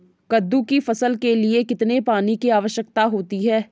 कद्दू की फसल के लिए कितने पानी की आवश्यकता होती है?